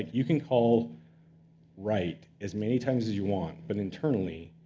you can call write as many times as you want, but internally,